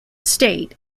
state